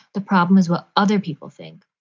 the problem is what other people think.